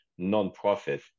nonprofit